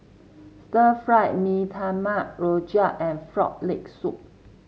Stir Fry Mee Tai Mak rojak and Frog Leg Soup